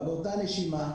אבל באותה נשימה,